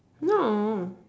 no